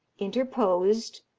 interposed,